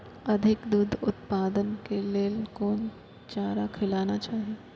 अधिक दूध उत्पादन के लेल कोन चारा खिलाना चाही?